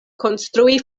konstrui